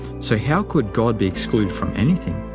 so how could god be excluded from anything?